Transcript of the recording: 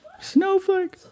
Snowflake